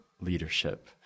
leadership